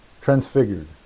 transfigured